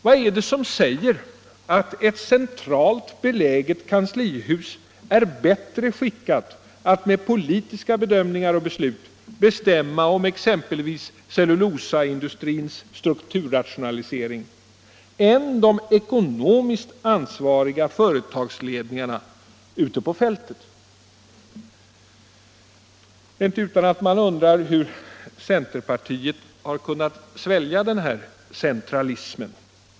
Vad är det som säger att ett centralt beläget kanslihus är bättre skickat att med politiska bedömningar och beslut bestämma om exempelvis cellulosaindustrins strukturrationalisering än de ekonomiskt ansvariga företagsledningarna ute på fältet? Det är inte utan att man undrar hur centerpartiet har kunnat svälja denna centralism.